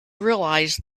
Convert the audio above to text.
realized